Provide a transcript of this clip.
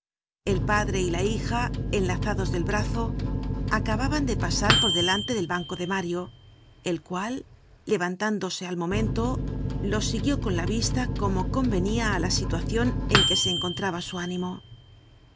el padre y la hija enlazados del brazo acababan de pasar por delante del banco de mario el cual levantándose al momento los siguió con la vista como con venia á la situacion en que se encontraba su ánimo